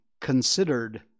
considered